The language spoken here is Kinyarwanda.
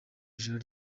ijoro